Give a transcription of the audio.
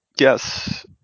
yes